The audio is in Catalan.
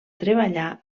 treballar